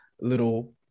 little